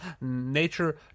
nature